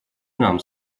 нам